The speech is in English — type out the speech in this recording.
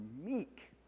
meek